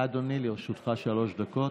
בבקשה, אדוני, לרשותך שלוש דקות.